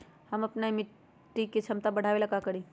हम अपना मिट्टी के झमता बढ़ाबे ला का करी?